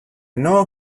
know